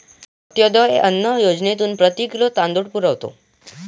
अंत्योदय अन्न योजनेतून प्रति किलो तांदूळ पुरवतो